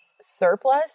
surplus